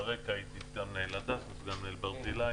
ברקע הייתי סגן מנהל הדסה וסגן מנהל ברזילי.